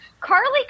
Carly